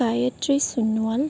Gayatri Sonowal